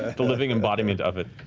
the living embodiment of it.